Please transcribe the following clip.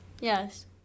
yes